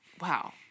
wow